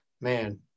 Man